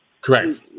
Correct